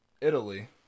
Italy